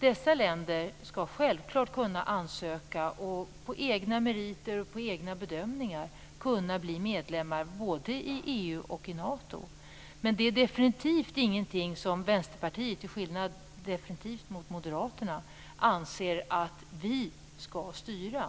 Dessa länder skall självklart kunna ansöka om att och på egna meriter och egna bedömningar kunna bli medlemmar både i EU och i Nato, men det är definitivt inget som vi i Vänsterpartiet - definitivt till skillnad mot Moderaterna - anser att vi skall styra.